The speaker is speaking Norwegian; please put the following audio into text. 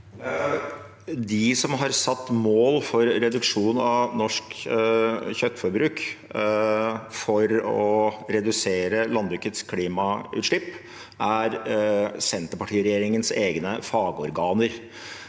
De som har satt mål for reduksjon av norsk kjøttforbruk for å redusere landbrukets klimagassutslipp, er Arbeiderparti– Senterparti-regjeringens egne fagorganer.